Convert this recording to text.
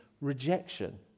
rejection